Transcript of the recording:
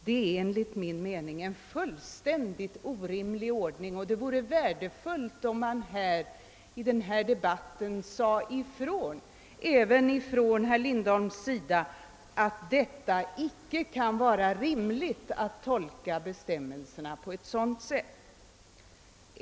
Det är enligt min mening en fullständigt orimlig ordning, och det vore värdefullt om även herr Lindholm i denna debatt sade ifrån, att det icke kan vara rimligt att tolka bestämmelserna på ett sådant sätt.